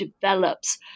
develops